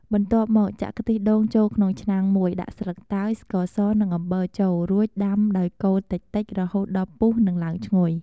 បន្ទាប់មកចាក់ខ្ទិះដូងចូលក្នុងឆ្នាំងមួយ ដាក់ស្លឹកតើយ ស្ករស និងអំបិលចូលរួច ដាំដោយកូរតិចៗរហូតដល់ពុះនិងឡើងឈ្ងុយ។